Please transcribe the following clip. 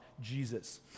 Jesus